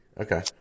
Okay